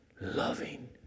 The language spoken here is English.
loving